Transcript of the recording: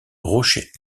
rochers